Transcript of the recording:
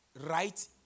right